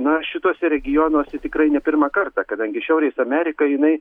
na šituose regionuose tikrai ne pirmą kartą kadangi šiauliai amerika jinai